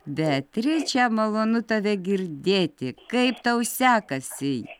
beatriče malonu tave girdėti kaip tau sekasi